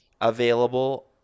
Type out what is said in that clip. Available